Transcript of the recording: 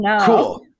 Cool